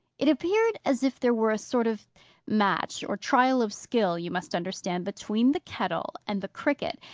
it appeared as if there were a sort of match, or trial of skill, you must understand, between the kettle and the cricket.